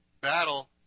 battle